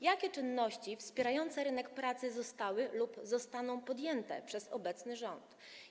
Jakie czynności wspierające rynek pracy zostały lub zostaną podjęte przez obecny rząd?